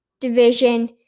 division